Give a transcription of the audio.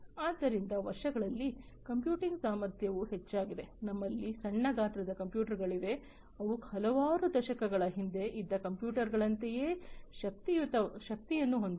ಆದ್ದರಿಂದ ವರ್ಷಗಳಲ್ಲಿ ಕಂಪ್ಯೂಟಿಂಗ್ ಸಾಮರ್ಥ್ಯವೂ ಹೆಚ್ಚಾಗಿದೆ ನಮ್ಮಲ್ಲಿ ಸಣ್ಣ ಗಾತ್ರದ ಕಂಪ್ಯೂಟರ್ಗಳಿವೆ ಅದು ಹಲವಾರು ದಶಕಗಳ ಹಿಂದೆ ಇದ್ದ ಕಂಪ್ಯೂಟರ್ಗಳಂತೆಯೇ ಶಕ್ತಿಯನ್ನು ಹೊಂದಿದೆ